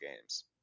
games